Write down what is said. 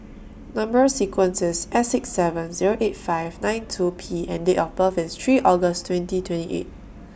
Number sequence IS S six seven Zero eight five nine two P and Date of birth IS three August twenty twenty eight